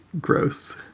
gross